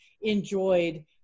enjoyed